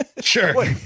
sure